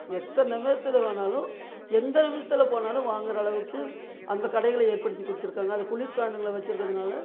எத்தனை பேற்றுல வேணாலும் எந்த நிமிஷத்தில் போனாலும் வாங்கிற அளவுக்கு அந்த கடைகளை ஏற்படுத்திக் கொடுத்துருக்காங்க அதை குளிர் சாதனங்களில் வச்சுர்குறதுனால